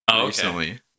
recently